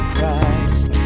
Christ